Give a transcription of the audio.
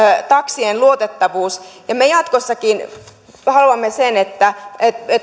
taksien luotettavuus me jatkossakin haluamme että